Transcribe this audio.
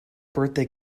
birthday